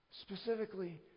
specifically